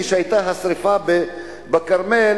כשהיתה השרפה בכרמל,